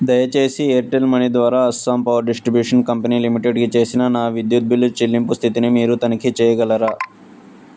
దయచేసి Airtel money ద్వారా Assam power distribution company లిమిటెడ్కి చేసిన నా విద్యుత్ బిల్లు చెల్లింపు స్థితిని మీరు తనిఖీ చేయగలరా